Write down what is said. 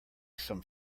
some